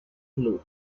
luke